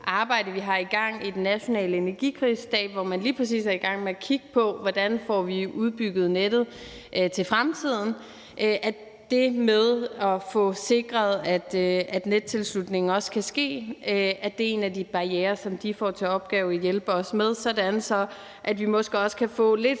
arbejde, vi har i gang i den nationale energikrisestab, hvor man lige præcis er i gang med at kigge på, hvordan vi får udbygget nettet til fremtiden, skal se på det med at få sikret, at nettilslutningen også kan ske. Det er en af de barrierer, som de får til opgave at hjælpe os med at løse, sådan at vi måske også kan få lidt